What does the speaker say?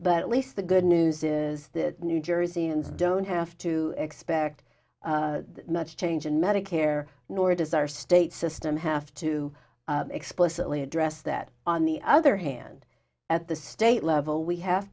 but at least the good news is that new jerseyans don't have to expect much change in medicare nor does our state system have to explicitly address that on the other hand at the state level we have